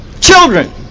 Children